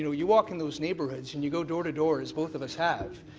and you walk in those neighborhoods and you go door to door as both of us have,